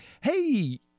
hey